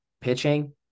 pitching